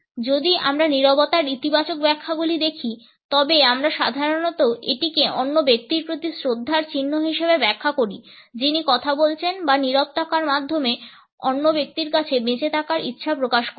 যদি আমরা নীরবতার ইতিবাচক ব্যাখ্যাগুলি দেখি তবে আমরা সাধারণত এটিকে অন্য ব্যক্তির প্রতি শ্রদ্ধার চিহ্ন হিসাবে ব্যাখ্যা করি যিনি কথা বলছেন বা নীরব থাকার মাধ্যমে অন্য ব্যক্তির কাছে বেঁচে থাকার ইচ্ছা প্রকাশ করছেন